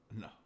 No